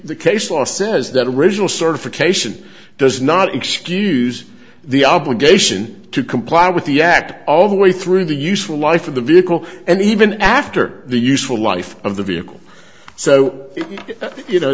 the case law says that original certification does not excuse the obligation to comply with the act all the way through the useful life of the vehicle and even after the useful life of the vehicle so you know